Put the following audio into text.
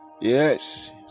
Yes